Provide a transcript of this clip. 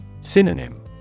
Synonym